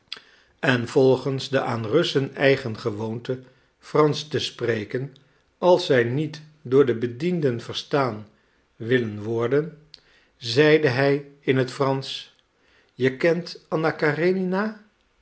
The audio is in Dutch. en volgens de aan russen eigen gewoonte fransch te spreken als zij niet door de bedienden verstaan willen worden zeide hij in het fransch je kent anna karenina